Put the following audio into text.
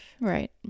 Right